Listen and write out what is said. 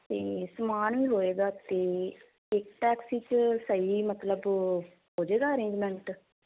ਅਤੇ ਸਮਾਨ ਵੀ ਹੋਏਗਾ ਅਤੇ ਇੱਕ ਟੈਕਸੀ 'ਚ ਸਹੀ ਮਤਲਬ ਹੋ ਜਾਵੇਗਾ ਅਰੇਂਜਮੈਂਟ